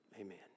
amen